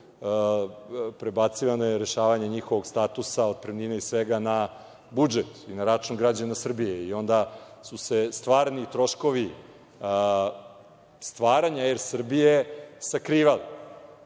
prebacivano je rešavanje njihovog statusa otpremnine i svega na budžet i na računa građana Srbije. Onda su se stvarni troškovi stvaranja Er Srbije sakrivali.